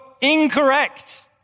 incorrect